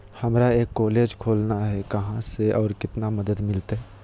हमरा एक कॉलेज खोलना है, कहा से और कितना मदद मिलतैय?